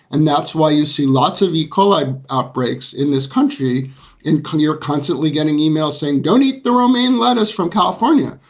and that's why you see lots of e. coli outbreaks in this country in clear constantly getting emails saying don't eat the romaine lettuce from california,